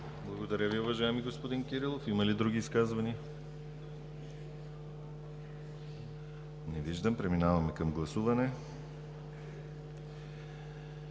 Благодаря Ви, уважаеми господин Кирилов. Има ли други изказвания? Не виждам. Подлагам на гласуване